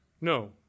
No